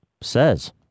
says